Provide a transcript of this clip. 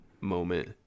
moment